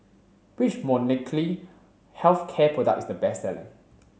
which Molnylcke health care product is the best selling